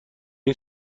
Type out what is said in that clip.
این